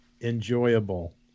enjoyable